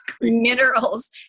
minerals